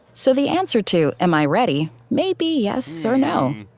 so the answer to, am i ready, may be yes or no.